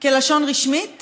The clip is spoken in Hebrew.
כלשון רשמית